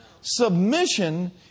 Submission